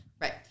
Right